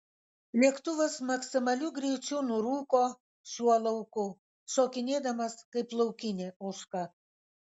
lėktuvas maksimaliu greičiu nurūko šiuo lauku šokinėdamas kaip laukinė ožka